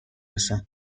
رسد